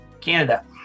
Canada